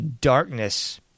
darkness